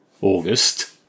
August